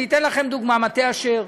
אני אתן לכם דוגמה: מטה אשר,